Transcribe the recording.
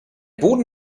boden